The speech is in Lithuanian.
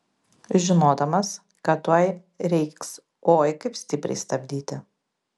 žinodamas kad tuoj reiks oi kaip stipriai stabdyti